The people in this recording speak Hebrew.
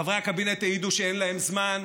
חברי הקבינט העידו שאין להם זמן,